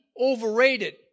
overrated